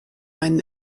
einen